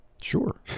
sure